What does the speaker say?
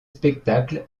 spectacles